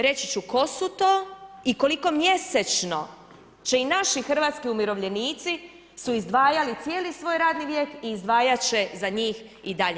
Reći ću tko su ti o koliko mjesečno će i naši hrvatski umirovljenici su izdvajali cijeli svoj radni vijek i izdvajat će za njih i dalje.